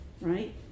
Right